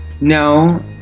no